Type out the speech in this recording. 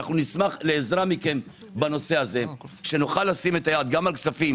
נשמח לעזרה מכם בנושא הזה שנוכל לשים את היד גם על כספים